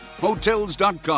Hotels.com